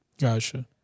Gotcha